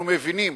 אנחנו מבינים